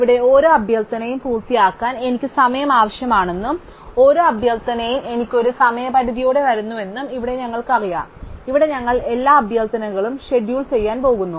ഇവിടെ ഓരോ അഭ്യർത്ഥനയും പൂർത്തിയാക്കാൻ എനിക്ക് സമയം ആവശ്യമാണെന്നും ഓരോ അഭ്യർത്ഥനയും എനിക്ക് ഒരു സമയപരിധിയോടെ വരുന്നുവെന്നും ഇവിടെ ഞങ്ങൾക്കറിയാം ഇവിടെ ഞങ്ങൾ എല്ലാ അഭ്യർത്ഥനകളും ഷെഡ്യൂൾ ചെയ്യാൻ പോകുന്നു